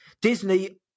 Disney